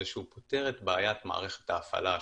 שזה פותר את בעיית מערכות ההפעלה השונות.